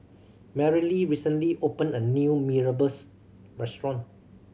Mareli recently opened a new Mee Rebus restaurant